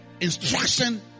instruction